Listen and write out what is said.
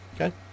okay